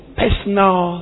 personal